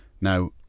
Now